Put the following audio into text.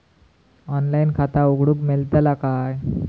Online खाता उघडूक मेलतला काय?